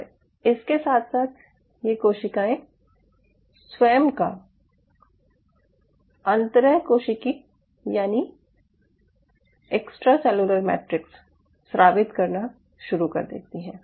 और इसके साथ साथ ये कोशिकाएं स्वयं का अंतरःकोशिकी यानि एक्स्ट्रासेलुलर मैट्रिक्स स्रावित करना शुरू कर देती हैं